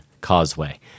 Causeway